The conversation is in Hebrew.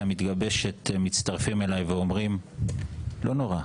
המתגבשת מצטרפים אלי ואומרים: לא נורא,